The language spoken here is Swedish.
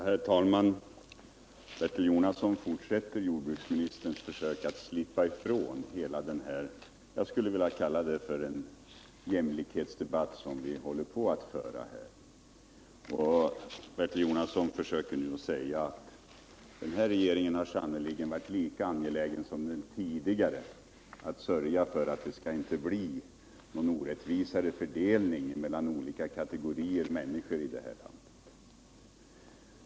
Herr talman! Bertil Jonasson fortsätter jordbruksministerns försök att slippa ifrån hela den ”jämlikhetsdebatt” som vi för här. Bertil Jonasson menar att den nuvarande regeringen sannerligen är lika angelägen som den tidigare att sörja för att det inte sker någon orättvis fördelning mellan olika kategorier människor i detta land.